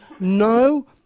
No